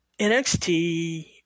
NXT